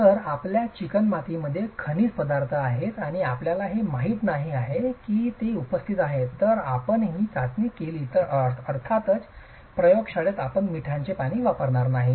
तर जर आपल्या चिकणमातीमध्ये खनिज पदार्थ आहेत आणि आपल्याला हे माहित नाही आहे की ते उपस्थित आहेत जर आपण ही चाचणी केली तर आणि अर्थातच प्रयोगशाळेत आपण मिठाचे पाणी वापरणार नाही